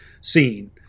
scene